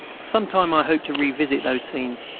some time i hope to revisit those scenes,